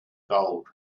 gold